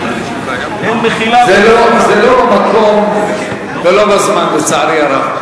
אין מחילה, זה לא המקום ולא הזמן, לצערי הרב.